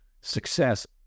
success